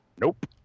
Nope